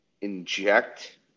inject